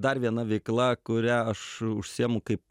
dar viena veikla kuria aš užsiėmu kaip